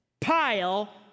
pile